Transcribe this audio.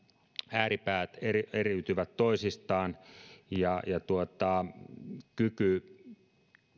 ääripäät eriytyvät toisistaan ja kyky